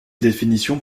définitions